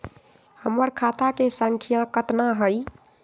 हमर खाता के सांख्या कतना हई?